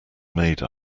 made